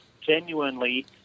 genuinely